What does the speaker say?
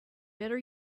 better